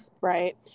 right